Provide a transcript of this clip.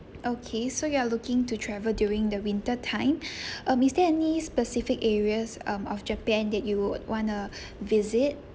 okay so you are looking to travel during the winter time um is there any specific areas um of japan that you would want to visit